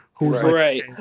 Right